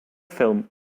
film